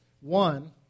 One